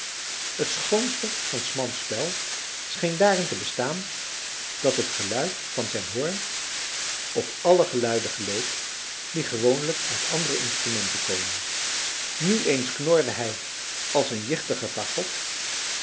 het schoonste van s mans spel scheen daarin te bestaan dat het geluid van zijn hoorn op alle geluiden geleek die gewoonlijk uit andere instrumenten komen nu eens knorde hij als een jichtige fagot